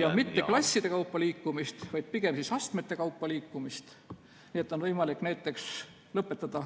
ja mitte klasside kaupa liikumist, vaid pigem astmete kaupa liikumist. Nii et on võimalik näiteks lõpetada